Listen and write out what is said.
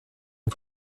une